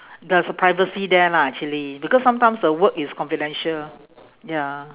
there's a privacy there lah actually because sometimes the work is confidential ya